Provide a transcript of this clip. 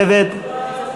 נא לשבת.